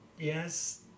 Yes